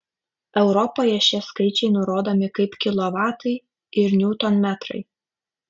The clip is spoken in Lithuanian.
europoje šie skaičiai nurodomi kaip kilovatai ir niutonmetrai